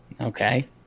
Okay